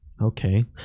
okay